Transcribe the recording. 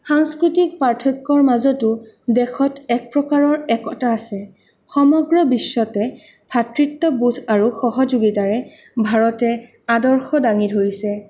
সাংস্কৃতিক পাৰ্থক্যৰ মাজতো দেশত এক প্ৰকাৰৰ একতা আছে সমগ্ৰ বিশ্বতে ভাতৃত্ববোধ আৰু সহযোগিতাৰে ভাৰতে আদৰ্শ দাঙি ধৰিছে